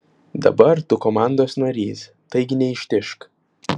dabar tu komandos narys taigi neištižk